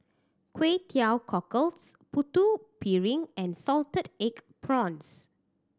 Kway Teow Cockles Putu Piring and salted egg prawns